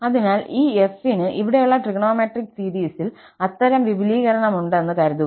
അതിനാൽ ഈ f ന് ഇവിടെയുള്ള ട്രിഗണോമെട്രിക് സീരീസിൽ അത്തരം വിപുലീകരണമുണ്ടെന്ന് കരുതുക